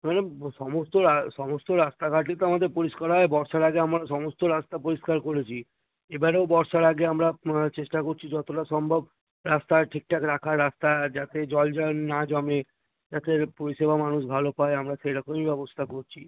madam ব সমস্ত রা সমস্ত রাস্তাঘাটই তো আমাদের পরিষ্কার হয় বর্ষার আগে আমার সমস্ত রাস্তা পরিষ্কার করেছি এবারেও বর্ষার আগে আমরা চেষ্টা করছি যতোটা সম্ভব রাস্তা ঠিকঠাক রাখা রাস্তা যাতে জল জল না জমে যাতে পরিষেবা মানুষ ভালো পায় আমরা সেই রকমই ব্যবস্তা করছি